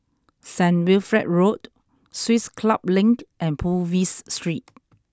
Saint Wilfred Road Swiss Club Link and Purvis Street